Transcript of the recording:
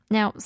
Now